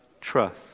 trust